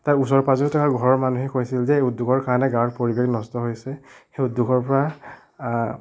তাৰ ওচৰে পাজৰে থকা ঘৰৰ মানুহে কৈছিল যে উদ্যোগৰ কাৰণে গাঁৱৰ পৰিৱেশ নষ্ট হৈছে সেই উদ্যোগৰ পৰা